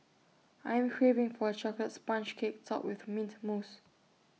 I am craving for A Chocolate Sponge Cake Topped with Mint Mousse